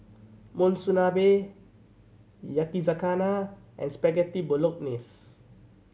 Monsunabe Yakizakana and Spaghetti Bolognese